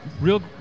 Real